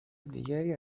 دیگری